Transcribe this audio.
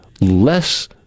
less